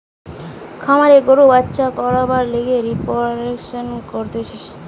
খামারে গরুদের বাচ্চা করবার লিগে রিপ্রোডাক্সন করতিছে